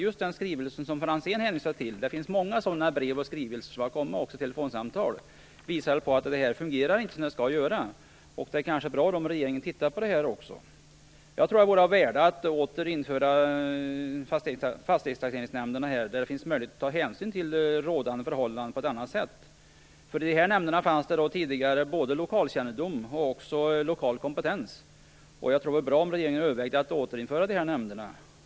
Just den skrivelse som Jan-Olof Franzén hänvisar till - det har kommit många sådana skrivelser samt brev och telefonsamtal - visar att det inte fungerar som det skall. Det kanske är bra om regeringen tittar på det också. Jag tror att det vore av värde att åter införa fastighetstaxeringsnämnderna, där det finns möjlighet att ta hänsyn till rådande förhållanden på ett annat sätt. I de nämnderna fanns tidigare både lokalkännedom och lokal kompetens, och det vore bra om regeringen övervägde att återinföra dem.